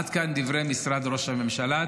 עד כאן דברי משרד ראש הממשלה.